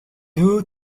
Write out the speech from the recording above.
new